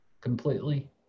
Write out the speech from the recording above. completely